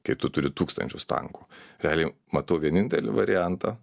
kai tu turi tūkstančius tankų realiai matau vienintelį variantą